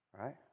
Right